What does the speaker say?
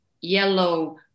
yellow